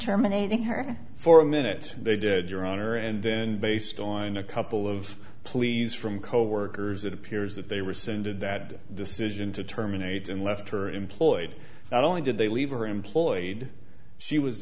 terminating her for a minute they did your honor and then based on a couple of pleas from coworkers it appears that they rescinded that decision to terminate and left her employed not only did they leave her employed she was